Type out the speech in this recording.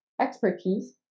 expertise